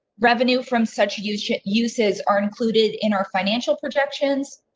revenue from such uses uses are included in our financial projections.